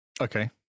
Okay